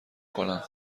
کنم